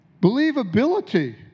Believability